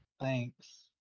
Thanks